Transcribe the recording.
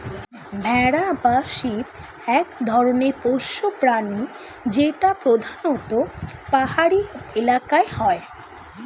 ভেড়া বা শিপ এক ধরনের পোষ্য প্রাণী যেটা প্রধানত পাহাড়ি এলাকায় হয়